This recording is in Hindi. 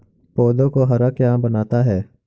पौधों को हरा क्या बनाता है?